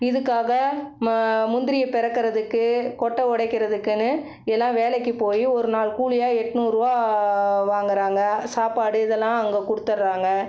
இதுக்காக முந்திரியை பொறக்கறதுக்கு கொட்டை உடைக்கிறதுக்குன்னு எல்லாம் வேலைக்கு போய் ஒரு நாள் கூலியாக எட்நூறுரூபா வா வாங்குறாங்க சாப்பாடு இதெல்லாம் அங்கே கொடுத்துட்றாங்க